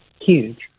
Huge